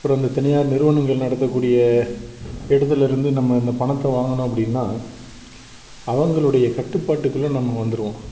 அப்புறோம் இந்த தனியார் நிறுவனங்கள் நடத்தக்கூடிய இடத்துலேருந்து நம்ம அந்த பணத்தை வாங்கினோம் அப்படின்னா அவங்களுடைய கட்டுப்பாட்டுக்குள்ளே நம்ம வந்துருவோம்